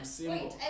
Wait